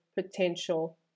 potential